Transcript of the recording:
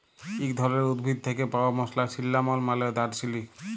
ইক ধরলের উদ্ভিদ থ্যাকে পাউয়া মসলা সিল্লামল মালে দারচিলি